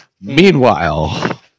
Meanwhile